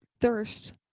thirst